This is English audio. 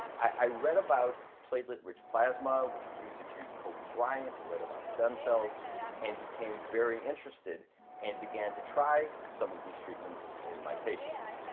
i read about platelet-rich plasma, which was used to treat kobe bryant, and read about stem cells and became very interested and began to try some of these treatments in my patients.